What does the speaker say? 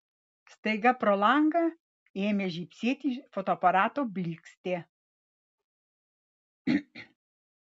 staiga pro langą ėmė žybsėti fotoaparato blykstė